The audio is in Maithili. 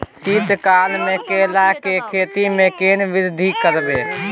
शीत काल मे केला के खेती में केना वृद्धि करबै?